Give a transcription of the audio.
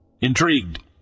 Intrigued